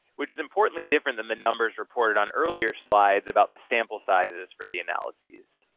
which is importantly different than the numbers reported on earlier slides about the sample sizes for the analyses.